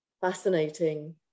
fascinating